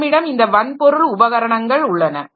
நம்மிடம் இந்த வன்பொருள் உபகரணங்கள் உள்ளன